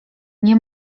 nie